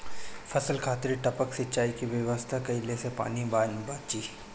फसल खातिर टपक सिंचाई के व्यवस्था कइले से पानी बंची